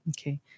Okay